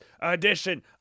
edition